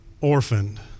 orphaned